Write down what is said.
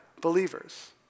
believers